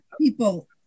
people